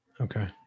okay